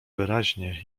wyraźnie